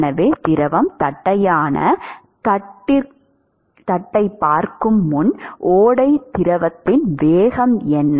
எனவே திரவம் தட்டையான தட்டைப் பார்க்கும் முன் ஓடை திரவத்தின் வேகம் என்ன